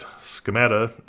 schemata